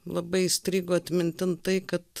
labai įstrigo atmintin tai kad